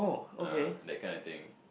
ah that kind of thing